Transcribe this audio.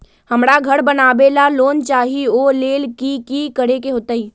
हमरा घर बनाबे ला लोन चाहि ओ लेल की की करे के होतई?